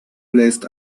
bläst